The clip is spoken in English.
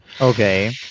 okay